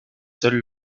seules